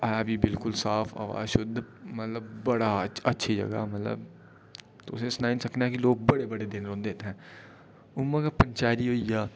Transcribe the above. ऐ बी बिल्कुल साफ हवा शुद्ध मतलब बड़ी अच्छी जगह तुसें ई सनाई निं सकना के लोक बड़े बड़े दिन रौंह्दे इत्थैं इ'यां गै पंचैरी होई गेआ